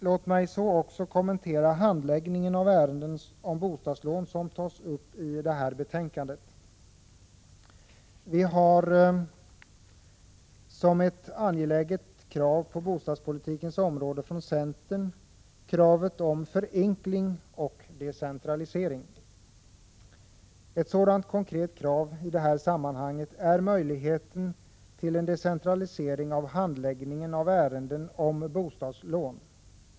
Låt mig så kommentera handläggningen av ärenden om bostadslån som tas upp i det här betänkandet. Ett centralt krav på bostadspolitikens område från centern är kravet på förenkling och decentralisering. Ett sådant konkret krav i det här sammanhanget är kravet på en decentralisering av handläggningen av ärenden om bostadslån.